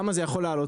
כמה זה יכול לעלות?